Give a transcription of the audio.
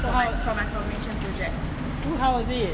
so how how was it